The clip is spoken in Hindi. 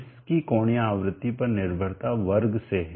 इसकी कोणीय आवृत्ति पर निर्भरता वर्ग से है